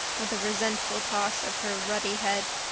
with a resentful toss of her ruddy head.